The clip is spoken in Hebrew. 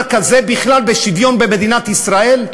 הייתכן דבר כזה בכלל בשוויון במדינת ישראל,